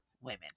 women